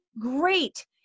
great